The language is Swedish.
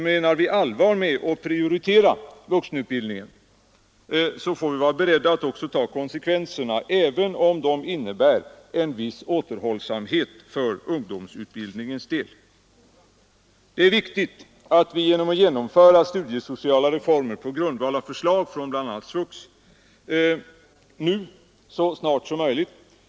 Menar vi allvar med detta att prioritera vuxenutbildningen får vi vara beredda att också ta konsekvenserna — även om det innebär en viss återhållsamhet för ungdomsutbildningens del. Det är viktigt att vi så snart som möjligt kan genomföra studiesociala reformer på grundval av förslag från bl.a. SVUX.